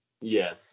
Yes